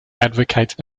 advocates